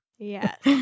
Yes